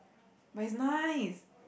but it's nice